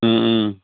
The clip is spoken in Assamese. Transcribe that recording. ও ও